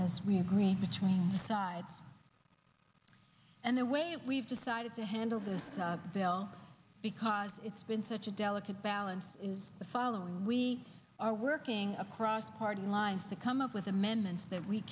as we agree between the sides and the way we've decided to handle this bill because it's been such a delicate balance is the following we are working across party lines to come up with amendments that we